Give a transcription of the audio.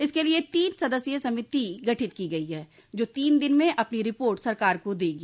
इसके लिए तीन सदस्यीय समिति गठित की गई है जो तीन दिन में अपनी रिपोर्ट सरकार को देगी